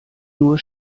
nur